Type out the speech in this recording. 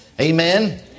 Amen